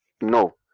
No